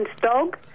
dog